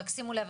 רק שימו לב,